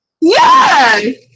Yes